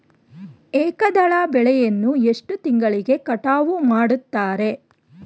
ಏಕದಳ ಬೆಳೆಯನ್ನು ಎಷ್ಟು ತಿಂಗಳಿಗೆ ಕಟಾವು ಮಾಡುತ್ತಾರೆ?